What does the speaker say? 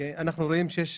אנחנו רואים שיש